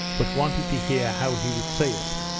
but wanted to hear how he would say it.